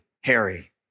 Harry